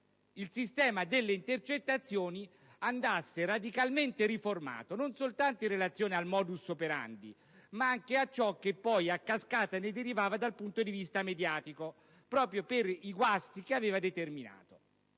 il sistema delle intercettazioni andasse radicalmente riformato, non soltanto in relazione al *modus operandi*, ma anche a ciò che poi a cascata ne derivava dal punto di vista mediatico proprio per i guasti che aveva determinato.